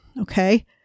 Okay